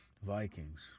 Vikings